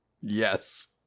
yes